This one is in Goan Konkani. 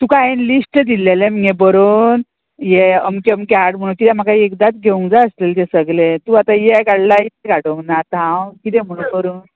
तुका हांयेन लिस्ट दिल्लेलें मगे बरोवन ये अमकें अमकें हाड म्हणून किद्या म्हाका एकदांच घेवंक जाय आसलें तें सगलें तूं आतां हें काडला इत हाडूंक ना आतां हांव किदें म्हुणून करूं